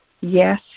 Yes